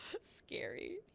scary